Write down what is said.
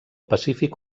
pacífic